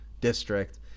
district